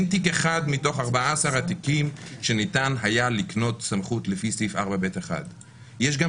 אין תיק אחד מתוך 14 התיקים שניתן היה לקנות סמכות לפי סעיף 4ב1. יש גם